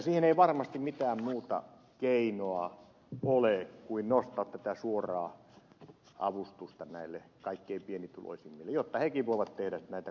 siihen ei varmasti mitään muuta keinoa ole kuin nostaa tätä suoraa avustusta näille kaikkein pienituloisimmille jotta hekin voivat tehdä näitä korjausrakennuksia